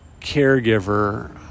caregiver